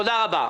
תודה רבה.